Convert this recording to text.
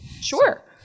sure